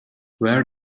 where